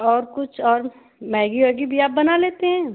और कुछ और मैगी वेगी भी आप बना लेते हैं